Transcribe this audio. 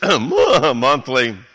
monthly